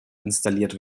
installiert